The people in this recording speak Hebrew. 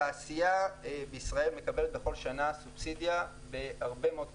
התעשייה בישראל מקבלת כל שנה סובסידיה בהרבה מאוד כסף.